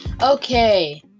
Okay